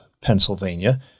Pennsylvania